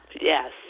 Yes